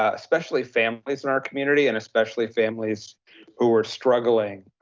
ah especially families in our community and especially families who were struggling.